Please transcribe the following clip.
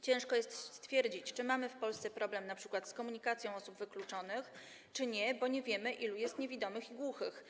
Ciężko jest stwierdzić, czy mamy w Polsce problem np. z komunikacją osób wykluczonych, czy nie, bo nie wiemy, ilu jest niewidomych i głuchych.